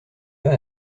pas